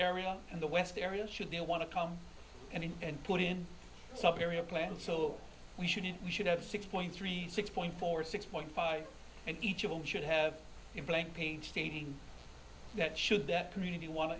area and the west areas should they want to come in and put in some area plans so we shouldn't we should at six point three six point four six point five and each of them should have a blank page stating that should that community want to